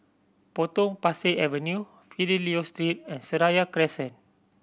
Potong Pasir Avenue Fidelio Street and Seraya Crescent